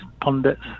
pundits